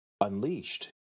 unleashed